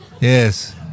yes